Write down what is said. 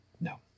No